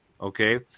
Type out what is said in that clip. okay